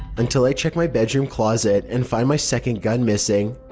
until i check my bedroom closet and find my second gun missing.